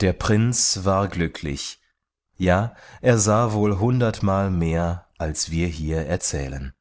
der prinz war glücklich ja er sah wohl hundertmal mehr als wir hier erzählen